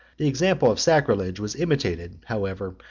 the example of sacrilege was imitated, however,